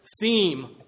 theme